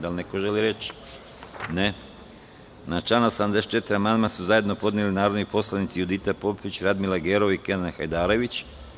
Da li neko želi reč? (Ne) Na član 84. amandman su zajedno podneli narodni poslanici Judita Popović, Radmila Gerov i Kenan Hajdarević.